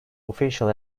official